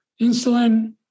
Insulin